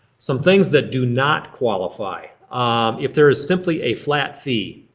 some things that do not qualify if there is simply a flat fee.